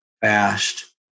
fast